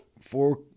four